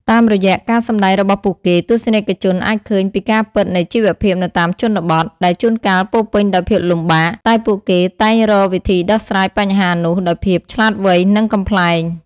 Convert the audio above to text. តាមរយៈការសម្ដែងរបស់ពួកគេ ទស្សនិកជនអាចឃើញពីការពិតនៃជីវភាពនៅតាមជនបទ ដែលជួនកាលពោរពេញដោយភាពលំបាក តែពួកគេតែងរកវិធីដោះស្រាយបញ្ហានោះដោយភាពឆ្លាតវៃ និងកំប្លែង។